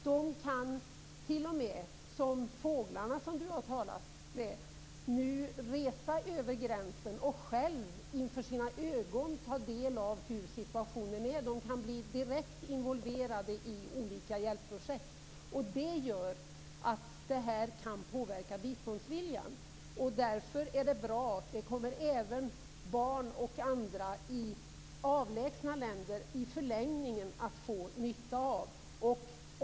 De kan t.o.m., som fåglarna som Urban har pratat om, nu resa över gränsen och själva med sina egna ögon ta del av hurdan situationen är. De kan bli direkt involverade i olika hjälpprojekt. Det gör att det kan påverka biståndsviljan. Därför är det bra. Det kommer i förlängningen även barn och andra i avlägsna länder att få nytta av.